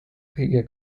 kõige